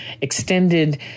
extended